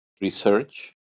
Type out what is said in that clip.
research